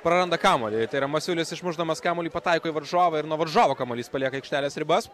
praranda kamuolį ir tai yra masiulis išmušdamas kamuolį pataiko į varžovą ir nuo varžovo kamuolys palieka aikštelės ribas